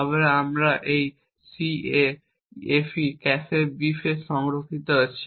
তবে আমাদের এখানে 0xCAFEBEEF সংরক্ষিত আছে